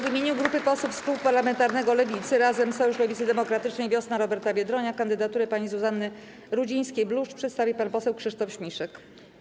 W imieniu grupy posłów z klubu parlamentarnego Lewicy (Razem, Sojusz Lewicy Demokratycznej, Wiosna Roberta Biedronia) kandydaturę pani Zuzanny Rudzińskiej-Bluszcz przedstawi pan poseł Krzysztof Śmiszek.